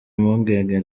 impungenge